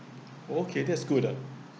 okay that's good ah